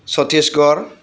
Chhattisgarh